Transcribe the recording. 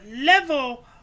level